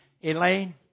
Elaine